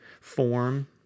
form